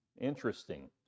Interesting